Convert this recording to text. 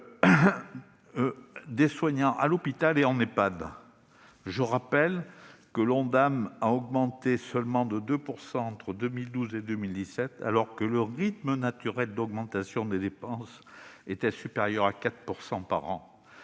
des soignants à l'hôpital et en Ehpad. Je rappelle que l'Ondam n'a augmenté que de 2 % entre 2012 et 2017, alors que le rythme naturel de la hausse des dépenses était supérieur à 4 % par an.